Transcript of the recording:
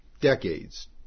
decades